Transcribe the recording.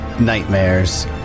nightmares